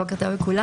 בוקר טוב לכולם.